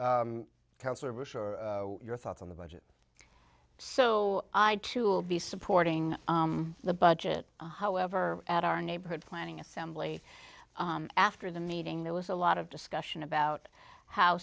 sure your thoughts on the budget so i too will be supporting the budget however at our neighborhood planning assembly after the meeting there was a lot of discussion about how